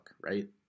right